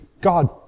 God